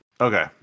Okay